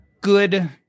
good